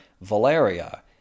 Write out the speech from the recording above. Valeria